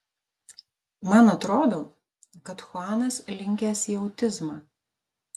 man atrodo kad chuanas linkęs į autizmą